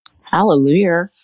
Hallelujah